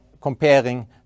comparing